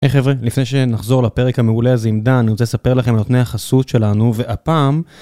היי חבר'ה, לפני שנחזור לפרק המעולה הזה עם דן, אני רוצה לספר לכם על נותני החסות שלנו, והפעם...